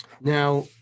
now